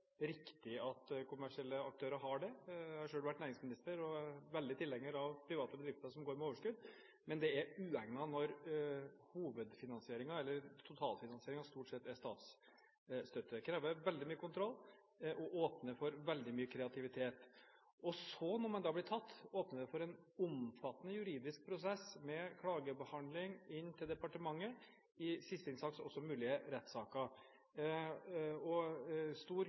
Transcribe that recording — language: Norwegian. riktig at kommersielle aktører har det, jeg har selv vært næringsminister og er veldig tilhenger av private bedrifter som går med overskudd – er det uegnet når hovedfinansieringen eller totalfinansieringen stort sett er statsstøtte. Det krever veldig mye kontroll og åpner for veldig mye kreativitet. Når man da blir tatt, åpner det for en omfattende juridisk prosess med klagebehandling inn til departementet, i siste instans også mulige rettssaker, og stor